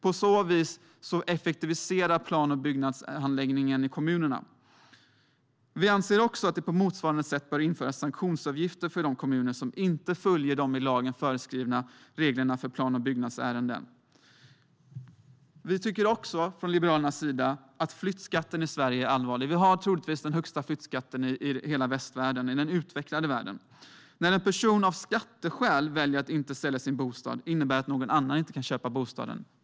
På så vis effektiviseras plan och bygghandläggningen i kommunerna. Vi anser också att det på motsvarande sätt bör införas sanktionsavgifter för de kommuner som inte följer de i lag föreskrivna tidsgränserna för plan och byggärenden. Vi liberaler tycker att flyttskatten i Sverige är allvarlig. Vi har troligtvis den högsta skatten i hela västvärlden - i den utvecklade världen. När en person av skatteskäl väljer att inte sälja sin bostad innebär det att någon annan inte kan köpa bostaden.